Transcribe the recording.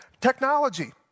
technology